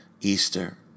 Easter